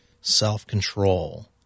self-control